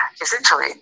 essentially